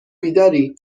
بیداری